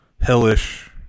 hellish